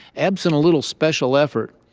absent a little special effort,